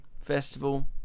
festival